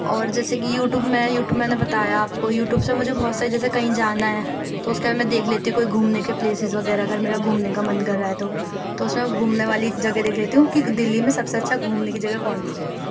اور جیسے کہ یو ٹیوب میں یو ٹیوب میں نے بتایا آپ کو یو ٹیوب سے مجھے بہت سے جیسے كہیں جانا ہے تو اُس كا میں دیكھ لیتی ہوں کوئی گھومنے کے پیلیسز وغیرہ اگر میرا گھومنے کا من كر رہا ہے تو تو اُس میں گھومنے والی جگہ دیكھ لیتی ہوں كہ دلّی میں سب سے اچھا گھومنے کی جگہ کون سی ہے